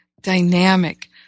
dynamic